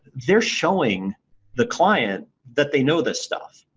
they're showing the client that they know this stuff.